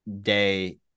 day